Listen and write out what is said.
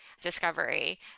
discovery